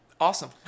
awesome